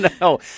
No